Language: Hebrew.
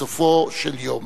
בסופו של יום,